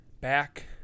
back